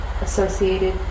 associated